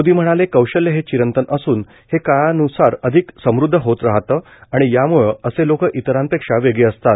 मोदी म्हणाले कौशल्य हे चिरंतन असून हे काळान्सार अधिक समृद्ध होत राहतं आणि याम्ळं असे लोक इतरांपेक्षा वेगळे असतात